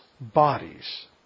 bodies